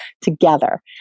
together